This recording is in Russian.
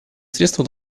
средства